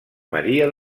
maria